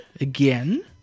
Again